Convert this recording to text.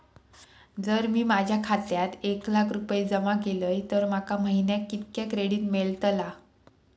जर मी माझ्या खात्यात एक लाख रुपये जमा केलय तर माका महिन्याक कितक्या क्रेडिट मेलतला?